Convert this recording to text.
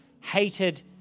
hated